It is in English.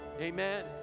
amen